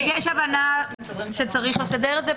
יש הבנה שצריך לסדר את זה.